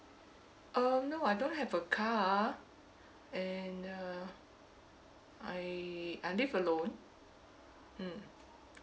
um no I don't have a car and uh I I live alone mm